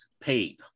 paid